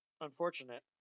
unfortunate